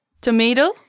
tomato